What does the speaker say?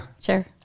Sure